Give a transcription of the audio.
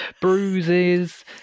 bruises